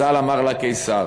אזל אמר ליה לקיסר,